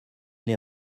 les